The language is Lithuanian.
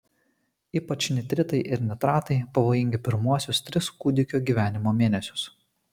ypač nitritai ir nitratai pavojingi pirmuosius tris kūdikio gyvenimo mėnesius